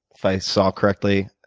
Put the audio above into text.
if i saw correctly,